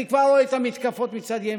אני כבר רואה את המתקפות מצד ימין.